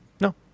No